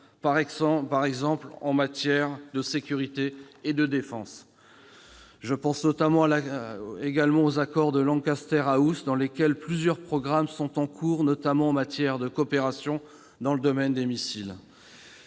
par exemple en matière de sécurité et de défense. Je pense également aux accords de Lancaster House, pour lesquels plusieurs programmes sont en cours, notamment en matière de coopération dans le domaine des missiles.